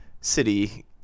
city